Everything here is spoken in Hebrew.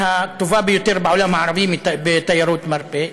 שהיא הטובה ביותר בעולם הערבי בתיירות מרפא,